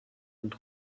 und